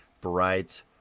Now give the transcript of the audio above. Bright